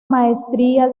maestría